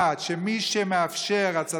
חייבים לעורר דעת קהל לדעת שמי שמאפשר הצתת